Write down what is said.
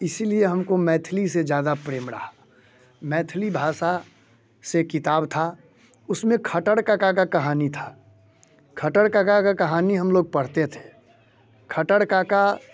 इसीलिए हमको मैथिली ज़्यादा प्रेम रहा मैथिली से किताब था उसमें खटर काका का कहानी था खटर काका का कहानी हम लोग पढ़ते थे खटर काका